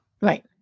right